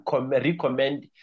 recommend